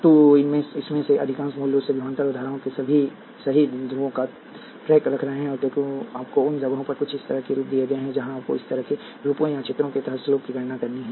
तो इसमें से अधिकांश मूल रूप से विभवांतर और धाराओं के सभी सही ध्रुवों का ट्रैक रख रहे हैं और क्योंकि आपको उन जगहों पर कुछ इस तरह के रूप दिए गए हैं जहां आपको इस तरह के रूपों या क्षेत्रों के तहत स्लोप की गणना करनी है